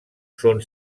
són